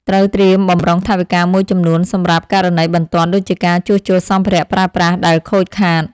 ត្រូវត្រៀមបម្រុងថវិកាមួយចំនួនសម្រាប់ករណីបន្ទាន់ដូចជាការជួសជុលសម្ភារៈប្រើប្រាស់ដែលខូចខាត។